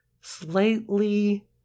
slightly